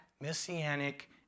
messianic